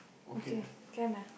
okay can ah